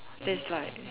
then it's like